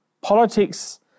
Politics